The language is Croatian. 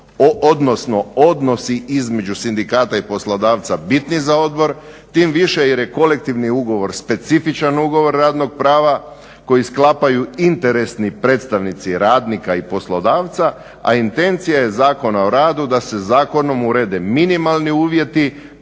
odnosno odnosi između sindikata i poslodavca bitni za odbor, tim više jer je kolektivni ugovor specifičan ugovor radnog prava koji sklapaju interesni predstavnici radnika i poslodavca. A intencija je Zakona o radu da se zakonom urede minimalni uvjeti